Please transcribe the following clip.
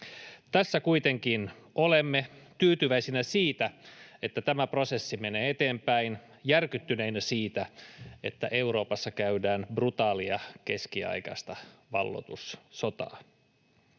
Tässä kuitenkin olemme tyytyväisinä siitä, että tämä prosessi menee eteenpäin, ja järkyttyneinä siitä, että Euroopassa käydään brutaalia keskiaikaista valloitussotaa.